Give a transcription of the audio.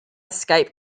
escape